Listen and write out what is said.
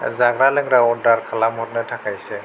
जाग्रा लोंग्रा अर्दार खालामहरनो थाखायसो